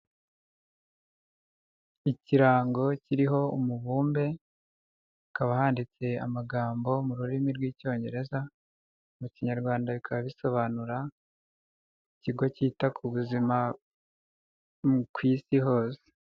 Ikirango kiriho umubumbe hakaba handitse amagambo mu rurimi rw'icyongereza, mu kinyarwanda bikaba bisobanura ikigo cyita ku buzima ku isi hose.